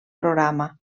programa